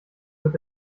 wird